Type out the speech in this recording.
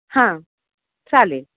हां चालेल